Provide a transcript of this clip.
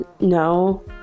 No